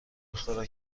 اختراع